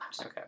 Okay